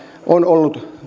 on ollut